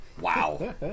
Wow